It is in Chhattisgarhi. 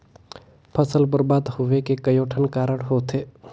फसल बरबाद होवे के कयोठन कारण होथे